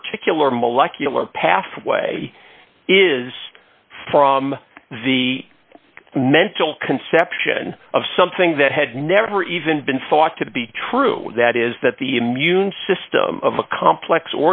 particular molecular pathway is from the mental conception of something that had never even been thought to be true that is that the immune system of a complex